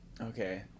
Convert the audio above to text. Okay